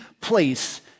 place